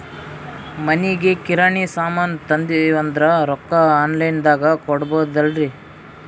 ಮನಿಗಿ ಕಿರಾಣಿ ಸಾಮಾನ ತಂದಿವಂದ್ರ ರೊಕ್ಕ ಆನ್ ಲೈನ್ ದಾಗ ಕೊಡ್ಬೋದಲ್ರಿ?